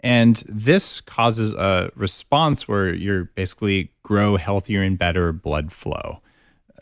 and this causes a response where you basically grow healthier and better blood flow